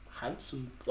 handsome